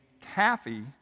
taffy